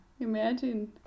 imagine